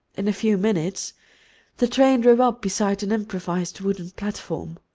in a few minutes the train drew up beside an improvised wooden platform.